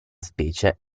specie